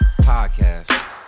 podcast